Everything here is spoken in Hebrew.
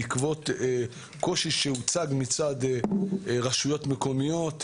בעקבות קושי שהוצג מצד רשויות מקומיות,